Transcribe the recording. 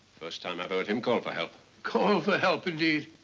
first time i've heard him call for help. call for help indeed.